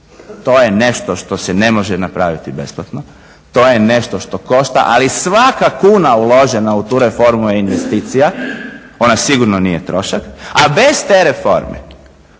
to je nešto što se ne može napraviti besplatno, to je nešto što košta ali svaka kuna uložena u tu reformu je investicija. Ona sigurno nije trošak a bez te reforme